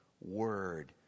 word